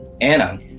anna